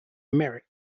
merrick